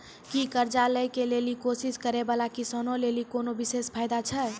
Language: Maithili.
कि कर्जा लै के लेली कोशिश करै बाला किसानो लेली कोनो विशेष फायदा छै?